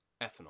ethanol